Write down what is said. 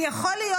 כי יכול להיות,